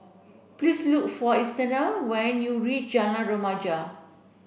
please look for Aretha when you reach Jalan Remaja